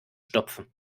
stopfen